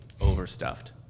overstuffed